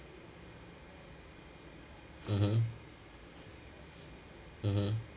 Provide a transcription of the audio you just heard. mmhmm mmhmm